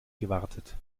gewartet